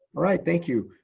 right, thank you.